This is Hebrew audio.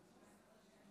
יש משהו מאוד תקדימי,